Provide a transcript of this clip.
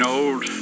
old